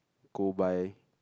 go by